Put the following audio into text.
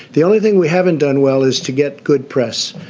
the only thing we haven't done well is to get good press.